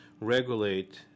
regulate